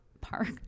park